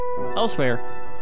Elsewhere